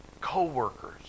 co-workers